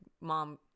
mom